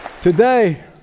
Today